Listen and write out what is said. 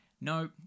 no